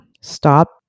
stop